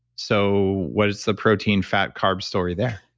so, what's the protein-fat-carb story there?